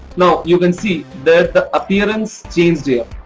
now you can see that the appreance changed here.